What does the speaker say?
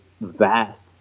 vast